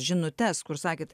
žinutes kur sakėt